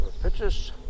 Pictures